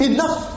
Enough